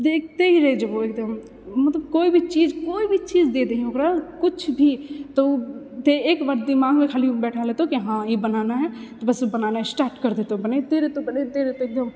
देखते हि रहि जेबौ एकदम मतलब कोई भी चीज कोई भी चीज दै देहीं ओकरा कुछ भी तऽ ओ एक बार दिमागमे खाली बैठा लेतौ कि हाँ ई बनाना है बस बनाना स्टार्ट करि देतौ बनेते रहतौ बनेते रहतौ एकदम